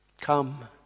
come